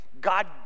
God